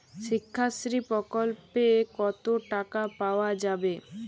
শিক্ষাশ্রী প্রকল্পে কতো টাকা পাওয়া যাবে?